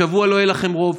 השבוע לא יהיה לכם רוב,